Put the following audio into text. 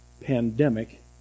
pandemic